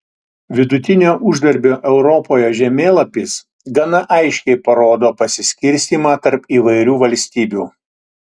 vidutinio uždarbio europoje žemėlapis gana aiškiai parodo pasiskirstymą tarp įvairių valstybių